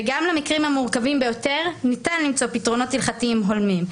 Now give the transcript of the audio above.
וגם למקרים המורכבים ביותר ניתן למצוא פתרונות הלכתיים הולמים,